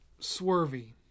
swervy